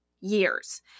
years